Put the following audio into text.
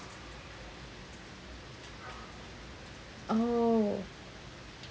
oh